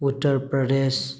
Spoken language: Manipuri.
ꯎꯠꯇꯔ ꯄ꯭ꯔꯗꯦꯁ